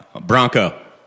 Bronco